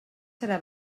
serà